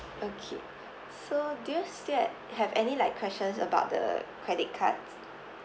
okay so do you still had have any like questions about the credit card